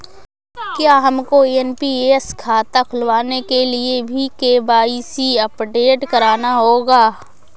क्या हमको एन.पी.एस खाता खुलवाने के लिए भी के.वाई.सी अपडेट कराना होगा?